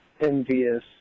envious